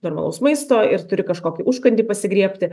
normalaus maisto ir turi kažkokį užkandį pasigriebti